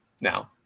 Now